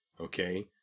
Okay